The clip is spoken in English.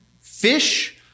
Fish